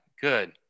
Good